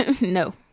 No